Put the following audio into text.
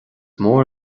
mór